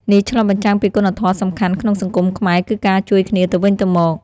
នេះឆ្លុះបញ្ចាំងពីគុណធម៌សំខាន់ក្នុងសង្គមខ្មែរគឺការជួយគ្នាទៅវិញទៅមក។